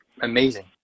amazing